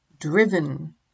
driven